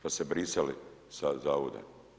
Pa se brisali sa Zavoda.